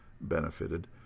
benefited